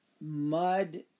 mud